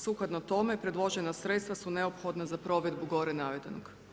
Sukladno tome predložena sredstva su neophodna za provedbu gore navedenog.